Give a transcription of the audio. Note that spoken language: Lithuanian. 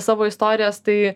savo istorijas tai